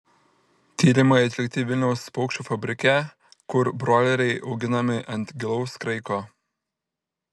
tyrimai atlikti vilniaus paukščių fabrike kur broileriai auginami ant gilaus kraiko